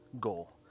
goal